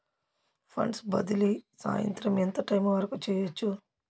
funds బదిలీ సాయంత్రం ఎంత టైము వరకు చేయొచ్చు